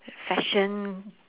fashion